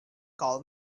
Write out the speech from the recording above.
call